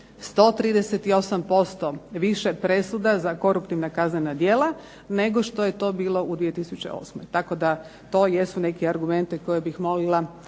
138% više presuda za koruptivna kaznena djela nego što je to bilo u 2008. Tako da to jesu neki argumenti koje bih molila